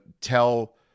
tell